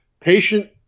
Patient